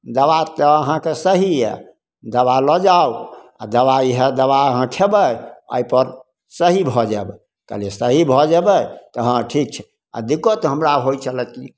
दवा तऽ अहाँके सही यऽ दवा लऽ जाउ आओर दवाइ इएह दवा अहाँ खएबै एहिपर सही भऽ जाएब कहलिए सही भऽ जेबै तऽ हँ ठीक छै आओर दिक्कत हमरा होइ छलै कि जे